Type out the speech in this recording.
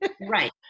right